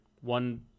one